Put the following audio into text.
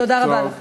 תודה רבה לכם.